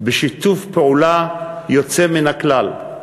בשיתוף פעולה יוצא מן הכלל.